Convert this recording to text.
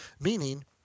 meaning